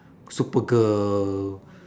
supergirl